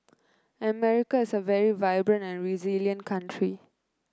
America is a very vibrant and resilient country